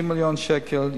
90 מיליון שקל,